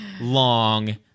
long